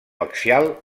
axial